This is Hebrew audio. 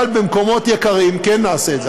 אבל במקומות יקרים כן נעשה את זה.